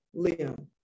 Liam